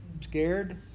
Scared